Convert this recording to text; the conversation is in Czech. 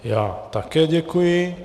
Já také děkuji.